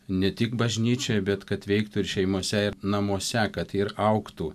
ne tik bažnyčioj bet kad veiktų ir šeimose ir namuose kad ir augtų